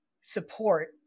support